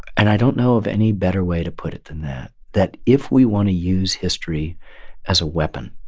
and i don't know of any better way to put it than that that if we want to use history as a weapon,